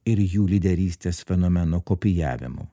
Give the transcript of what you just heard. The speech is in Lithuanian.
ir jų lyderystės fenomeno kopijavimu